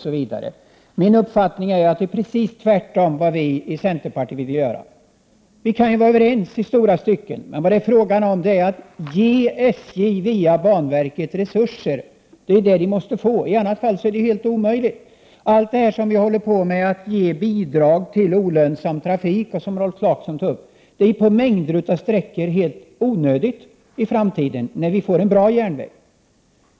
Vi i centerpartiet vill göra precis tvärtom. Vi kan vara överens i stora stycken, men här är det fråga om att via banverket ge SJ resurser — i annat fall är SJ:s situation helt omöjlig. Alla de bidrag som ges till olönsam trafik, som Rolf Clarkson tog upp, är på mängder av sträckor helt onödiga i framtiden, när vi får en bra järnväg.